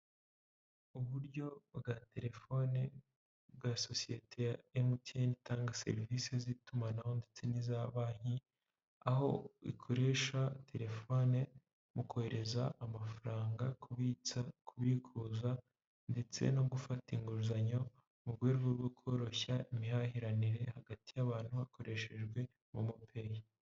Uburyo bwa telefoni bwa sosiyete ya emutiyeni itanga serivisi z'itumanaho ndetse n'iza banki, aho ikoresha telefone mu kohereza amafaranga, kubitsa, kubikuza ndetse no gufata inguzanyo, mu rwego rwo koroshya imihahiranire hagati y'abantu hakoreshejwe momo peyi.